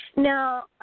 Now